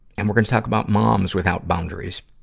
and we're gonna talk about moms without boundaries.